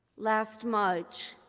last march,